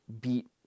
beat